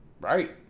Right